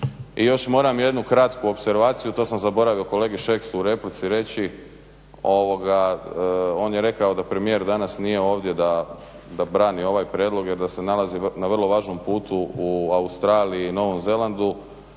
I još moram jednu kratku opservaciju, to sam zaboravio kolegi Šeksu u replici reći. On je rekao da premijer danas nije ovdje da brani ovaj prijedlog jer da se nalazi na vrlo važnom putu u Australiji u Novom Zelandu.